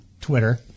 Twitter